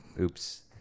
oops